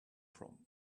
from